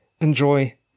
enjoy